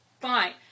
Fine